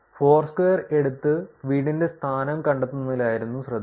Foursquare എടുത്ത് വീടിന്റെ സ്ഥാനം കണ്ടെത്തുന്നതിലായിരുന്നു ശ്രദ്ധ